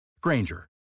Granger